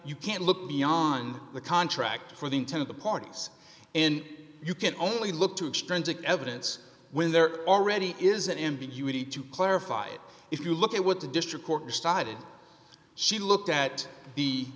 you can't look beyond the contract for the intent of the parties and you can only look to extend to evidence when there already is an ambiguity to clarify it if you look at what the district court decided she looked at the